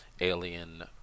alien